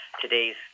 Today's